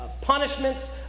punishments